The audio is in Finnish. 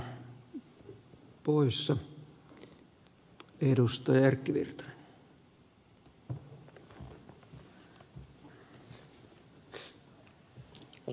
arvoisa puhemies